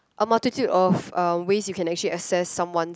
a multitude of uh ways where you can actually access someone's